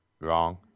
wrong